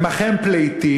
והם אכן פליטים,